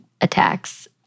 attacks